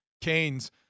Canes